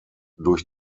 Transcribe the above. durch